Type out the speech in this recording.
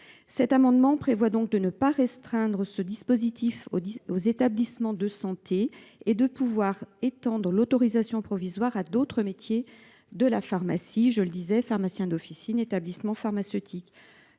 Cet amendement a donc pour objet de ne pas restreindre ce dispositif aux établissements de santé et d’étendre l’autorisation provisoire à d’autres métiers de la pharmacie. Je pense aux pharmaciens d’officine et d’établissements pharmaceutiques,